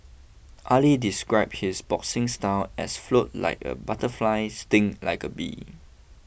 Ali describe his boxing style as float like a butterfly sting like a bee